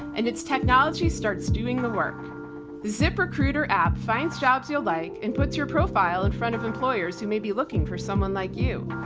and its technology starts doing the work. the ziprecruiter app finds jobs you'll like and puts your profile in front of employers who may be looking for someone like you.